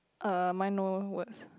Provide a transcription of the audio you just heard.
uh mine no words